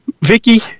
Vicky